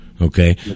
Okay